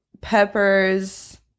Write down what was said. peppers